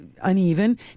uneven